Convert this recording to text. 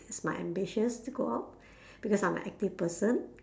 my ambition is to go up because I'm a active person